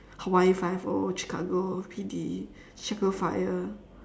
hawaii five O Chicago P_D Chicago fire